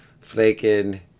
flaking